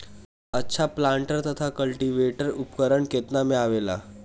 अच्छा प्लांटर तथा क्लटीवेटर उपकरण केतना में आवेला?